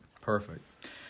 perfect